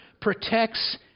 protects